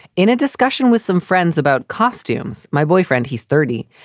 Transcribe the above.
in a discussion with some friends about costumes, my boyfriend, he's thirty,